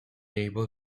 able